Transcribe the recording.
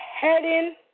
heading